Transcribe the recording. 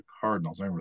Cardinals